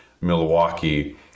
milwaukee